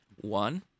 One